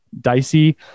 dicey